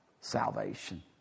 Salvation